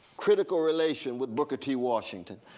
critical relation with booker t. washington,